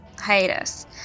hiatus